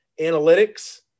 analytics